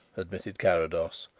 admitted carrados,